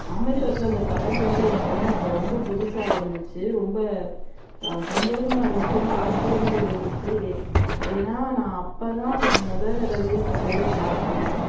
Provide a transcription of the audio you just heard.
ராமேஷ்வரத்தில் அந்த கடல் வந்து எனக்கு வந்து அப்போ எனக்கு ரொம்ப புதுசாக இருந்துச்சு ரொம்ப சந்தோஷமாக இருந்துச்சு ரொம்ப ஆச்சிரியமாகவும் இருந்துச்சு ஏ ஏன்னால் நான் அப்போ தான் மொதல் தடவையாக கடலே பார்க்குறேன்